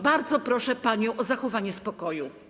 Bardzo proszę panią o zachowanie spokoju.